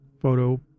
Photo